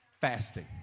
Fasting